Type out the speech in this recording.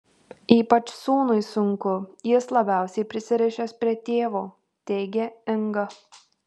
ypač sūnui sunku jis labiausiai prisirišęs prie tėvo teigė inga